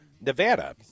Nevada